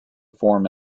form